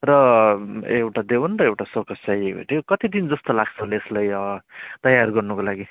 र एउटा देवन र एउटा सोकेस चाहिएको थियो कति दिन जस्तो लाग्छ होला यसलाई तयार गर्नुको लागि